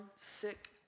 sick